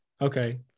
okay